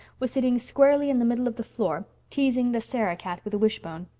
was sitting squarely in the middle of the floor, teasing the sarah-cat with a wishbone.